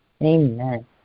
Amen